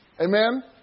Amen